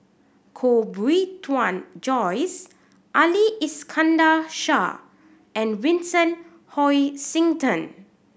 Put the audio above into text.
Koh Bee Tuan Joyce Ali Iskandar Shah and Vincent Hoisington